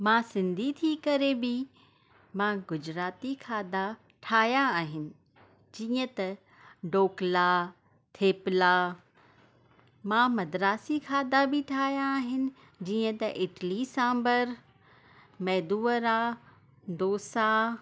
मां सिंधी थी करे बि मां गुजराती खाधा ठाहिया आहिनि जीअं त ढोकला थेपला मां मदरासी खाधा बि ठाहिया आहिनि जीअं त इटली सांभर मेदू वड़ा डोसा